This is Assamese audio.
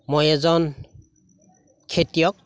মই এজন খেতিয়ক